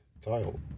tile